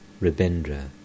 Rabindra